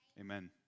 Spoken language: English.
Amen